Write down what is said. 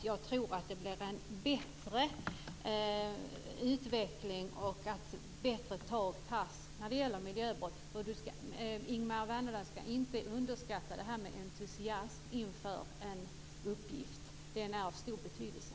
Jag tror att det blir en bättre utveckling och att det tas bättre tag när det gäller miljöbrott. Ingemar Vänerlöv ska inte underskatta det här med entusiasm inför en uppgift. Den är av stor betydelse.